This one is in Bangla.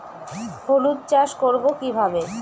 হলুদ চাষ করব কিভাবে?